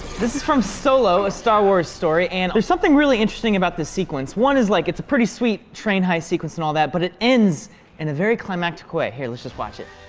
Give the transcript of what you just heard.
this is from solo a star wars story and there's something really interesting about this sequence. one, is like it's a pretty sweet train heist sequence and all that but, it ends in a very climactic way. here, let's just watch it.